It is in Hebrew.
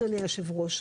אדוני ושב הראש?